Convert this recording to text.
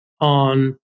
on